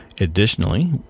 Additionally